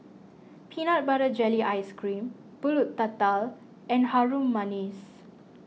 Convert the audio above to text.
Peanut Butter Jelly Ice Cream Pulut Tatal and Harum Manis